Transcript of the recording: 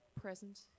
present